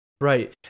Right